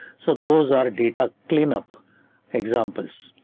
so those are data cleanup examples.